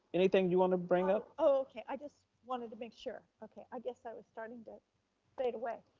anything you want to bring up? okay i just wanted to make sure, okay. i guess i was starting to fade away.